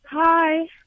Hi